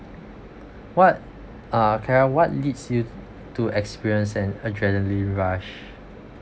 what uh clara what leads you to experience an adrenaline rush